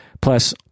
Plus